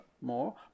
more